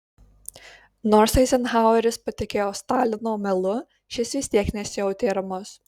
nors eizenhaueris patikėjo stalino melu šis vis tiek nesijautė ramus